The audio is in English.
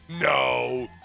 no